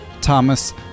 Thomas